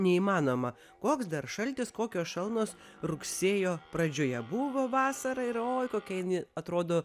neįmanoma koks dar šaltis kokios šalnos rugsėjo pradžioje buvo vasara ir oi kokia jin atrodo